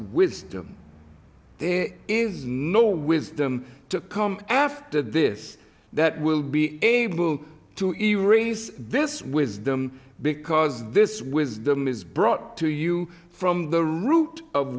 wisdom is no wisdom to come after this that will be able to erase this wisdom because this wisdom is brought to you from the root of